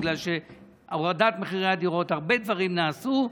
בגלל שבהורדת מחירי הדירות הרבה דברים נעשו,